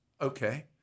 okay